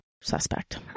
suspect